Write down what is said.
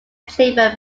chamber